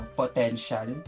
potential